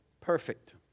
perfect